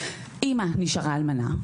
אימא נשארה אלמנה,